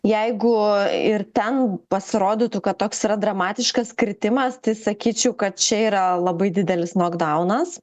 jeigu ir ten pasirodytų kad toks yra dramatiškas kritimas tai sakyčiau kad čia yra labai didelis nokdaunas